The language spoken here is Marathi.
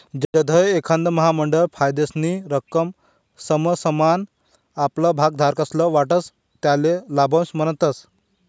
जधय एखांद महामंडळ फायदानी रक्कम समसमान आपला भागधारकस्ले वाटस त्याले लाभांश म्हणतस